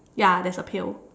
ya there's a pail